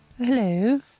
Hello